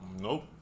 Nope